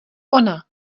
ona